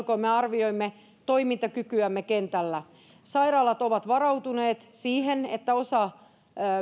kun me arvioimme toimintakykyämme kentällä sairaalat ovat varautuneet siihen että osa